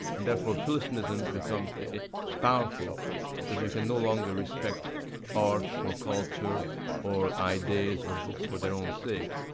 and therefore, philistinism becomes powerful because we can no longer respect art or culture or ideas or books for their own sake,